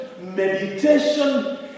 meditation